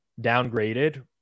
downgraded